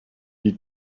die